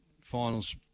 finals